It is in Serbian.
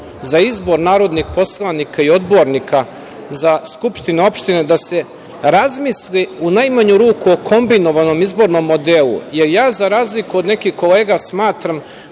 za izbor narodnih poslanika i odbornika za skupštine opštine, da se razmisli u najmanju ruku o kombinovanom izbornom modelu. Ja za razliku od nekih kolega smatram